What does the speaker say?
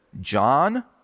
John